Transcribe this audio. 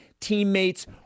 teammates